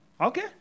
Okay